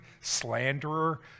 slanderer